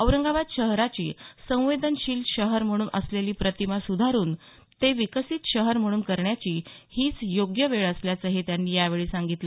औरंगाबाद शहराची संवेदनशील शहर म्हणून असलेली प्रतिमा सुधारून ते विकसित शहर म्हणून करण्याची हीच योग्य वेळ असल्याचंही त्यांनी यावेही सांगितलं